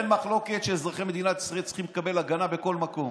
אין מחלוקת שאזרחי מדינת ישראל צריכים לקבל הגנה בכל מקום.